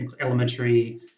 elementary